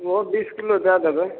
ओहो बीस किलो दै देबै